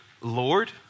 Lord